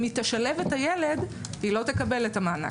אם היא תשלב את הילד היא לא תקבל את המענק.